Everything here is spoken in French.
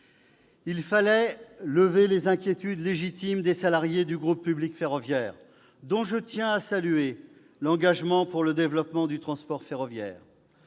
Il fallait lever les inquiétudes légitimes des salariés du groupe public ferroviaire, dont je tiens à saluer l'engagement pour le développement du transport ferroviaire.